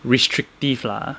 restrictive lah